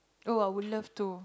oh I would love to